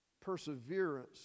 perseverance